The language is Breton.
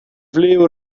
vlev